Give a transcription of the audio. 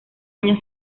año